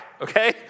okay